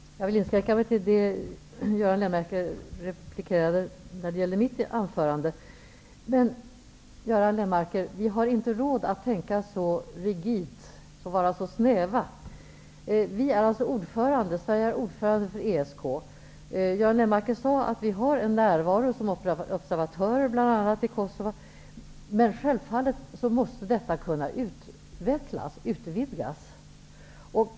Herr talman! Jag vill inskränka mig till att kommentera det Göran Lennmarker replikerade när det gäller mitt anförande. Vi har inte råd att tänka så snävt och vara så rigida. Sverige är ordförande för ESK. Göran Lennmarker sade att vi bl.a. är närvarande som observatörer i Kosova, men detta måste självfallet kunna utvidgas.